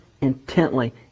intently